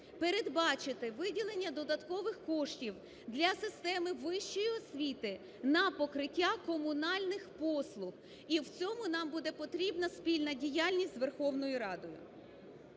передбачити виділення додаткових коштів для системи вищої освіти на покриття комунальних послуг і в цьому нам буде потрібна спільна діяльність з Верховною Радою.